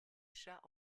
chats